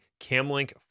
Camlink